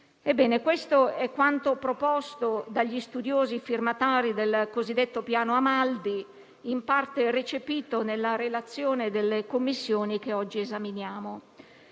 questo è quanto proposto dagli studiosi firmatari del cosiddetto Piano Amaldi, in parte recepito nella relazione delle Commissioni che oggi esaminiamo.